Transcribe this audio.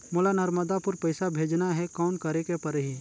मोला नर्मदापुर पइसा भेजना हैं, कौन करेके परही?